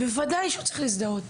דבר שני, הוא עכשיו עם צו הגנה.